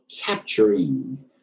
capturing